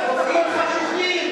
חוקים חשוכים